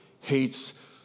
hates